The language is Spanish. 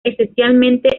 esencialmente